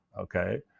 Okay